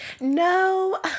no